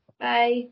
Bye